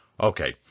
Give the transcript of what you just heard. okay